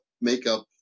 makeup